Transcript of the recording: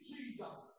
Jesus